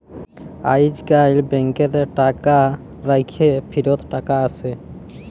আইজকাল ব্যাংকেতে টাকা রাইখ্যে ফিরত টাকা আসে